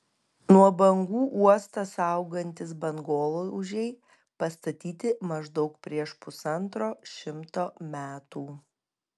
nuo bangų uostą saugantys bangolaužiai pastatyti maždaug prieš pusantro šimto metų